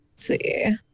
see